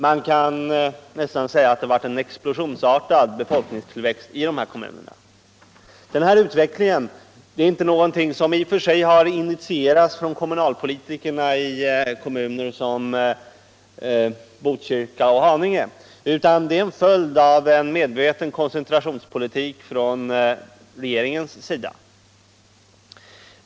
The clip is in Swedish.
Man kan nästan säga att det varit en explosionsartad befolkningstillväxt i dessa kommuner. Denna utveckling är inte någonting som i och för sig initierats. från kommunalpolitikerna i kommuner som Botkyrka och Haninge. Det är en följd av en medveten koncentrationspolitik från regeringens sida.